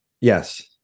Yes